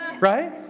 right